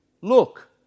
look